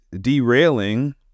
derailing